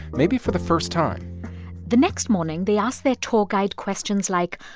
maybe for the first time the next morning, they ask their tour guide questions like,